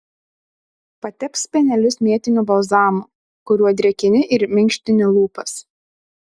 patepk spenelius mėtiniu balzamu kuriuo drėkini ir minkštini lūpas